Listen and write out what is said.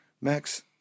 Max